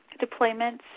deployments